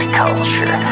culture